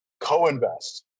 co-invest